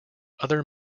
other